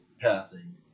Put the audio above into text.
passing